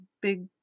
big